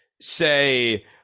say